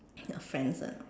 ya friends ah